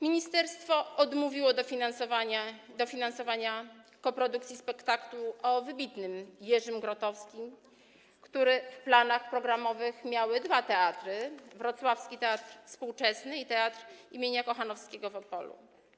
Ministerstwo odmówiło dofinansowania koprodukcji spektaklu o wybitnym Jerzym Grotowskim, który w planach programowych miały dwa teatry - Wrocławski Teatr Współczesny i Teatr im. Jana Kochanowskiego w Opolu.